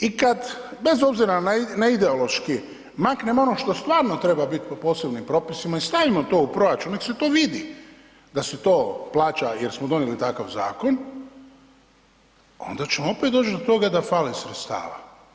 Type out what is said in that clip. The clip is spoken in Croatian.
I kada bez obzira na ideološki maknemo ono što stvarno treba biti po posebnim propisima i stavimo to u proračun nek se to vidi da se to plaća jer smo donijeli takav zakon onda ćemo opet doći do toga da fali sredstava.